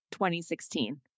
2016